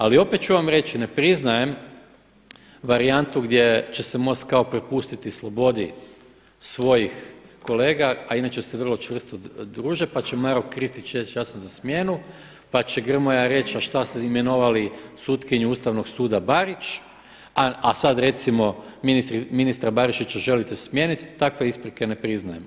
Ali opet ću vam reći ne priznajem varijantu gdje će se MOST kao prepustiti slobodi svojih kolega a inače se vrlo čvrsto druže pa će Maro Kristić reći ja sam za smjenu, pa će Grmoja reći a šta ste imenovali sutkinju ustavnog suda Barić a sada recimo ministra Barišića želite smijeniti, takve isprike ne priznajem.